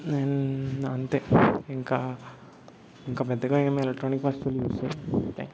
and అంతే ఇంకా ఇంక పెద్దగా ఏం ఎలక్ట్రానిక్ వస్తువులు యూస్ చేయం అంతే